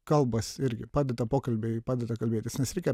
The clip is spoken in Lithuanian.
kalbos irgi padeda pokalbiai padeda kalbėtis nes reikia